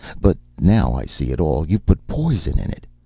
but now i see it all. you've put poison in it.